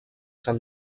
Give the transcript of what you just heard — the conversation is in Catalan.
sant